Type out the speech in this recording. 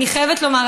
אני חייבת לומר,